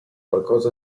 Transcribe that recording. qualcosa